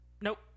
Nope